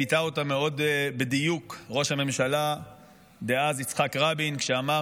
ביטא אותה מאוד בדיוק ראש הממשלה דאז יצחק רבין כשאמר: